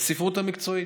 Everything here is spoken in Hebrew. בספרות המקצועית,